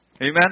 Amen